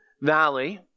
Valley